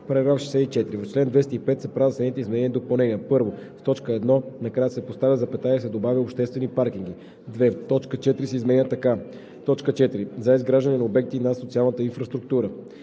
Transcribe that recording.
64: „§ 64. В чл. 205 се правят следните изменения и допълнения: 1. В т. 1 накрая се поставя запетая и се добавя „обществени паркинги“.“ 2. Точка 4 се изменя така: „4. за изграждане на обекти на социалната инфраструктура;“.“